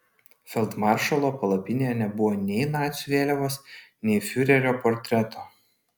feldmaršalo palapinėje nebuvo nei nacių vėliavos nei fiurerio portreto